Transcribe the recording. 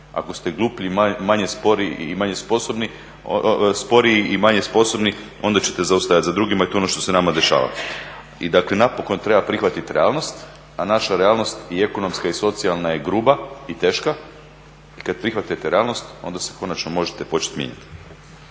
Ako ste gluplji, sporiji i manje sposobni onda ćete zaostajati za drugima i to je ono što se nama dešava. I dakle napokon treba prihvatiti realnost, a naša realnost i ekonomska i socijalna je gruba i teška. Kad prihvatite realnost onda se konačno možete početi mijenjati.